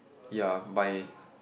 ya my